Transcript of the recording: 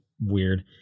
weird